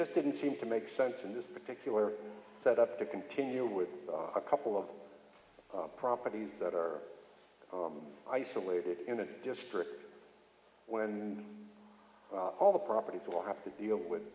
just didn't seem to make sense in this particular set up to continue with a couple of properties that are isolated in the district when all the properties will have to deal with